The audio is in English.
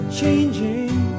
Changing